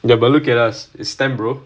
there but look at you sit's S_T_E_M brother